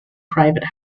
private